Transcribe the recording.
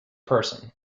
person